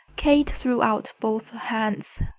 kate threw out both hands,